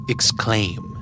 Exclaim